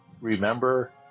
remember